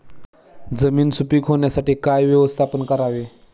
जमीन सुपीक होण्यासाठी काय व्यवस्थापन करावे?